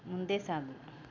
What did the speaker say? ಮುಂದೆ ಸಾಗು